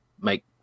make